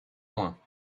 moins